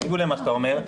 בניגוד למה שאתה אומר,